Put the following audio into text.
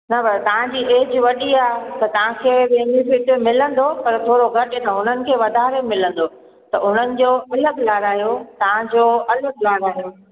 पर तव्हांजी एज वॾी आहे त तव्हांखे बेनीफिट मिलंदो पर थोरो घटि त हुननि खे वधारो मिलंदो त हुननि जो अलॻि लाराहियो तव्हांजो अलॻि लाराहियो